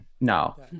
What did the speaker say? No